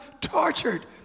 tortured